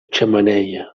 xemeneia